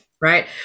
Right